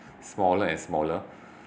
smaller and smaller